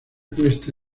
cuesta